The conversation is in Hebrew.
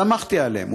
סמכתי עליהם,